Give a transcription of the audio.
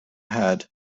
had